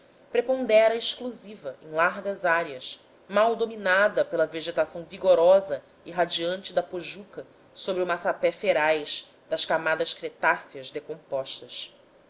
prepondera exclusiva em largas áreas mal dominada pela vegetação vigorosa irradiante da pojuca sobre o massapé feraz das camadas cretáceas decompostas